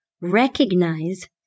recognize